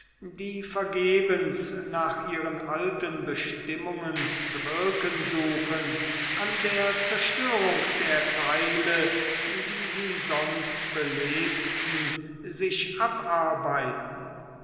die vergebens nach ihren alten bestimmungen zu wirken suchen an der zerstörung der teile die sie sonst belebten sich abarbeiten